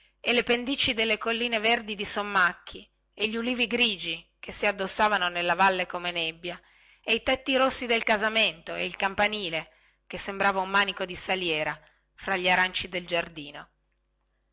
e le pendici delle colline verdi di sommacchi e gli ulivi grigi che si addossavano nella valle come nebbia e i tetti rossi del casamento e il campanile che sembrava un manico di saliera fra gli aranci del giardino